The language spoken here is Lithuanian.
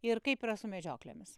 ir kaip yra su medžioklėmis